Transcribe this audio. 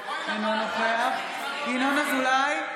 אינו נוכח ינון אזולאי,